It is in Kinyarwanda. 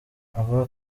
aba